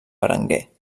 berenguer